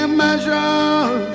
measure